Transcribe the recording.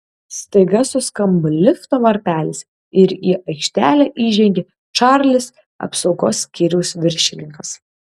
staiga suskambo lifto varpelis ir į aikštelę įžengė čarlis apsaugos skyriaus viršininkas